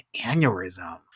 aneurysm